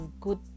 good